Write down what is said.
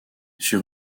sur